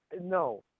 no